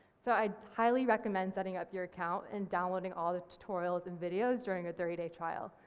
so i highly recommend setting up your account and download doing all the tutorials and videos during a thirty day trial,